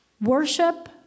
worship